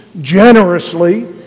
generously